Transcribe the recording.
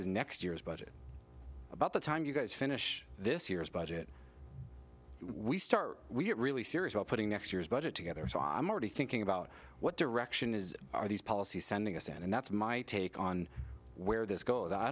is next year's budget about the time you guys finish this year's budget we start we get really serious about putting next year's budget together so i'm already thinking about what direction is are these policies sending us and that's my take on where this